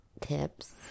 tips